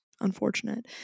unfortunate